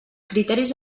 criteris